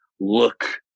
look